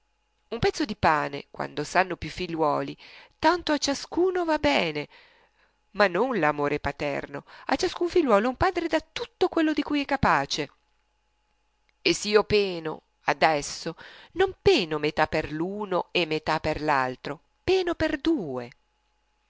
un pezzo di pane quando s'hanno più figliuoli tanto a ciascuno va bene ma non l'amore paterno a ciascun figliuolo un padre dà tutto quello di cui è capace e s'io peno adesso non peno metà per l'uno metà per l'altro peno per due